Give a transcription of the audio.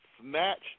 snatched